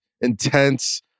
intense